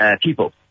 people